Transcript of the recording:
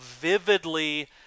vividly